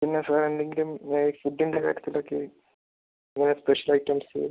പിന്നെ സാർ എന്തെങ്കിലും ഇങ്ങനെ ഫുഡിൻ്റെ കാര്യത്തിലൊക്കെ നിങ്ങളുടെ സ്പെഷ്യൽ ഐറ്റംസ്